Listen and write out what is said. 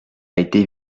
été